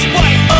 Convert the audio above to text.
White